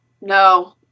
No